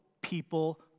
people